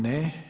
Ne.